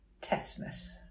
tetanus